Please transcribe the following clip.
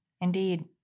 indeed